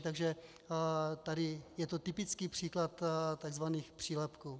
Takže tady je to typický příklad takzvaných přílepků.